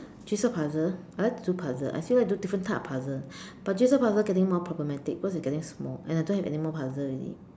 jigsaw puzzle I like to do puzzle I still like to do different type of puzzle but jigsaw puzzle getting more problematic because it is getting small and I don't have anymore puzzle already